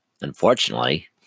Unfortunately